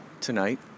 tonight